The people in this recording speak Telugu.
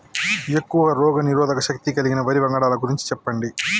ఎక్కువ రోగనిరోధక శక్తి కలిగిన వరి వంగడాల గురించి చెప్పండి?